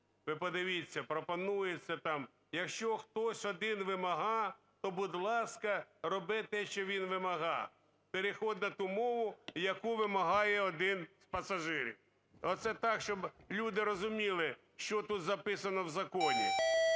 Ви подивіться, пропонується там: якщо хтось один вимагає, то, будь ласка, роби те, що він вимагає, переходь на ту мову, яку вимагає один з пасажирів. Оце так, щоб люди розуміли, що тут записано в законі.